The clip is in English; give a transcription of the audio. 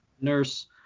nurse